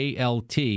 ALT